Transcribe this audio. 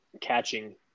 catching